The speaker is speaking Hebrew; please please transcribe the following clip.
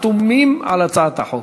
החתומים על הצעת החוק.